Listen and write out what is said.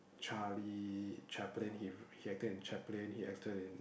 Charlie-Chaplin he he acted in Chaplin he acted in